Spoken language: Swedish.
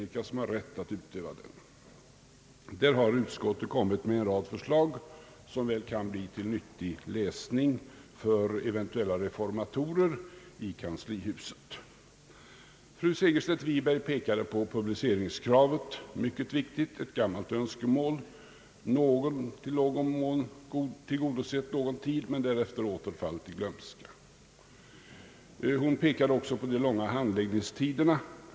Utskottet har där kommit med en rad förslag som väl kan bli nyttig läsning för eventuella reformatorer i kanslihuset. Fru Segerstedt Wiberg pekade på publiceringskravet, och det är mycket viktigt. Det är ett gammalt önskemål som i någon mån tillgodosetts under någon tid men därefter åter fallit i glömska. Hon pekade också på de långa handläggningstiderna.